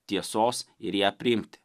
tiesos ir ją priimti